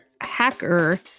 Hacker